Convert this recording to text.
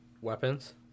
weapons